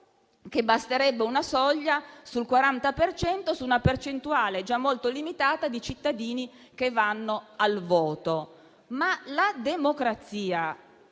che basterebbe una soglia del 40 per cento, su una percentuale già molto limitata di cittadini che vanno al voto. La democrazia,